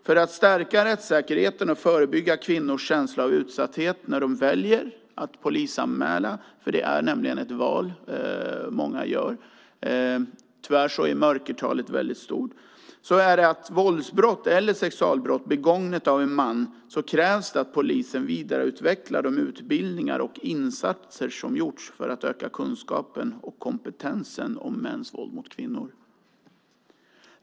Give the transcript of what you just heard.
För att stärka rättssäkerheten och förebygga kvinnors känsla av utsatthet när de väljer att polisanmäla - det är nämligen ett val många gör, men tyvärr är mörkertalet väldigt stort - krävs när det gäller våldsbrott eller ett sexualbrott begånget av en man att polisen vidareutvecklar utbildningarna och insatserna för att öka kompetensen och kunskapen om mäns våld mot kvinnor.